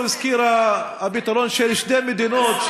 הוא הזכיר את הפתרון של שתי מדינות,